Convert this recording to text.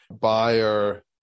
buyer